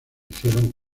hicieron